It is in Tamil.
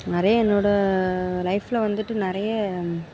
நிறைய என்னோடய லைஃப்பில் வந்துட்டு நிறைய